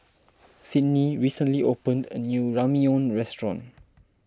Sidney recently opened a new Ramyeon restaurant